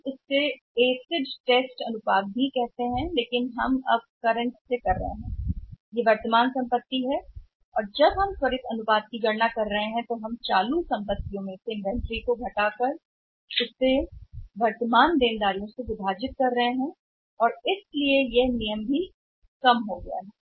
हम इसे acid test अनुपात भी कहते हैं लेकिन अब हम करंट से कर रहे हैं अब इस से वर्तमान संपत्ति है और हम वर्तमान में क्या कर रहे हैं जब हम वर्तमान की गणना कर रहे हैं त्वरित अनुपात हम केवल यह कर रहे हैं कि वर्तमान संपत्ति माइनस इन्वेंट्री वर्तमान से विभाजित है देनदारियाँ और इसीलिए अंगूठे का नियम भी कम हो गया है